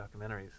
documentaries